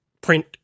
print